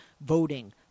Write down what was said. voting